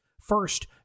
First